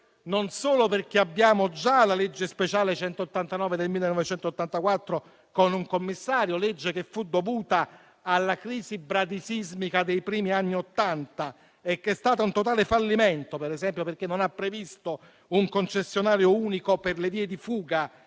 non solo perché abbiamo già la legge speciale n. 189 del 1984 con un commissario, legge che fu dovuta alla crisi bradisismica dei primi anni Ottanta e che è stata un totale fallimento, perché non ha previsto un concessionario unico per le vie di fuga,